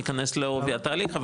ניכנס לעובי התהליך,